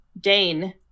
Dane